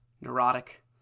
neurotic